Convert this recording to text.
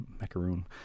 macaroon